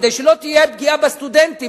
כדי שלא תהיה פגיעה בסטודנטים,